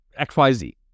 XYZ